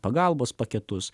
pagalbos paketus